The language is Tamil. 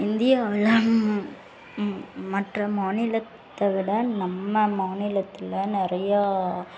இந்தியாவில் மற்ற மாநிலத்தை விட நம்ம மாநிலத்தில் நிறையா